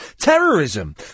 terrorism